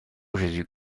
jésus